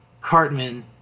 Cartman